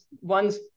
one's